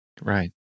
Right